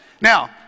Now